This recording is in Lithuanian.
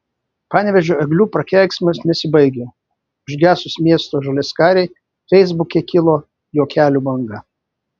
panevėžio eglių prakeiksmas nesibaigia užgesus miesto žaliaskarei feisbuke kilo juokelių banga